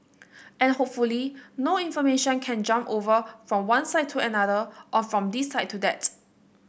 and hopefully no information can jump over from one side to another or from this side to that